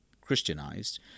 Christianized